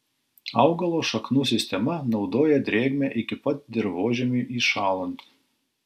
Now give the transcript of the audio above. augalo šaknų sistema naudoja drėgmę iki pat dirvožemiui įšąlant